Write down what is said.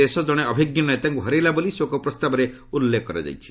ଦେଶ ଜଣେ ଅଭିଜ୍ଞ ନେତାକୁ ହରେଇଲା ବୋଲି ଶୋକ ପ୍ରସ୍ତାବରେ ଉଲ୍ଲେଖ କରାଯାଇଛି